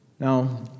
Now